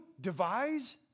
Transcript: Devise